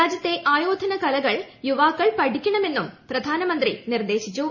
രാജ്യത്തെ ആയോധന കലകൾ യുവാക്കൾ പഠിക്കണമെന്നും പ്രധാനമന്ത്രി നിർദേശിച്ചു